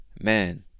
man